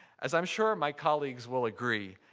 as i'm sure my colleagues will agree,